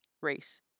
race